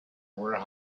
were